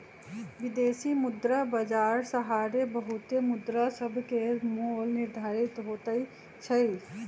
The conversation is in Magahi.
विदेशी मुद्रा बाजार सहारे बहुते मुद्रासभके मोल निर्धारित होतइ छइ